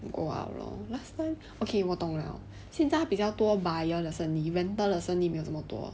!walao! last time okay 我懂 liao 现在比较多 buyer 的生意 rental 的生意没有这么多